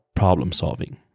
problem-solving